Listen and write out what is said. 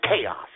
Chaos